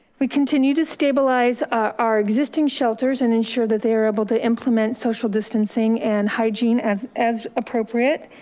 we continue to stabilize our existing shelters and ensure that they're able to implement social distancing and hygiene as as appropriate.